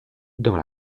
dans